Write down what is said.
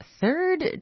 third